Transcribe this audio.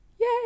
Yay